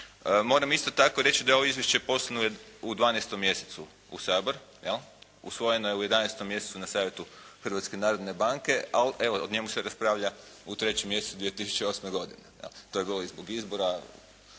Moram isto tako reći da je ovo Izvješće poslano u 12 mjesecu u Sabor, je li, usvojeno je u 11. mjesecu na Savjetu Hrvatske narodne banke, ali evo, o njemu se raspravlja u 3 mjesecu 2008. godine, je li, to je bilo i zbog izbora,